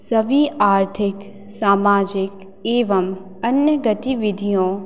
सभी आर्थिक सामाजिक एवं अन्य गतिविधियों